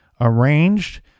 arranged